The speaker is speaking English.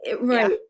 Right